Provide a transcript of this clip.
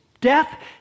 death